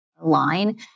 line